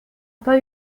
pas